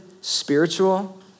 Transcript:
spiritual